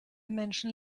menschen